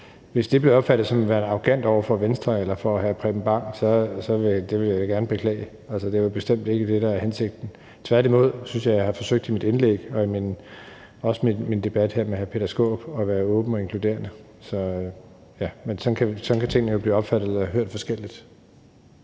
Hvis det blev opfattet som værende arrogant over for Venstre eller over for hr. Preben Bang Henriksen, vil jeg da gerne beklage det, altså, det var bestemt ikke det, der var hensigten. Tværtimod synes jeg, at jeg i mit indlæg og i min debat her med hr. Peter Skaarup har forsøgt at være åben og inkluderende. Men sådan kan tingene jo blive opfattet og hørt forskelligt.